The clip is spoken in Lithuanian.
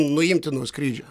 nuimti nuo skrydžio